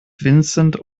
vincent